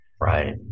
Right